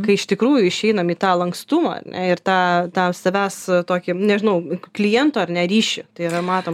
kai iš tikrųjų išeinam į tą lankstumą ar ne ir tą tą savęs tokį nežinau klientų ar ne ryšį tai yra matom